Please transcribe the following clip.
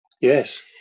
Yes